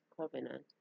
covenant